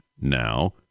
now